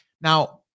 Now